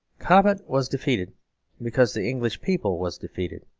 cobbett was defeated because the english people was defeated.